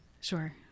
Sure